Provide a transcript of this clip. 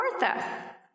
Martha